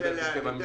תן לו לדבר,